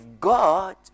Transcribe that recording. God